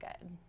good